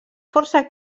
força